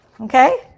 Okay